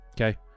okay